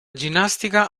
ginnastica